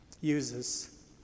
uses